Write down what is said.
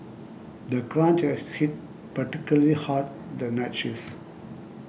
the crunch has hit particularly hard the night shifts